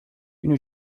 une